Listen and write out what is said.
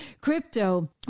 Crypto